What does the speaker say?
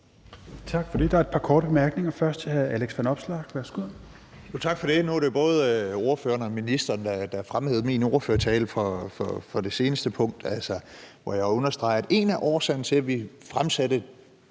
Tak for det. Der er et par korte bemærkninger. Den første er til hr. Alex Vanopslagh. Værsgo. Kl. 16:21 Alex Vanopslagh (LA): Tak for det. Nu er det både ordføreren og ministeren, der har fremhævet min ordførertale fra det seneste punkt, hvor jeg understregede, at en af årsagerne til, at vi fremsatte